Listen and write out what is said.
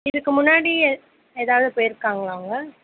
இதுக்கு முன்னாடி ஏதாவது போயிருக்காங்களா அவங்க